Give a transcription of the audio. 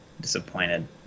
disappointed